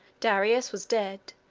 darius was dead,